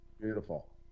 Beautiful